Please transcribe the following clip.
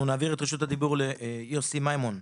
אנחנו נעביר את רשות הדיבור ליוסי מימון,